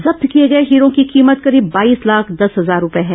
जब्त किए गए हीरों की कीमत करीब बाईस लाख दस हजार रूपए हैं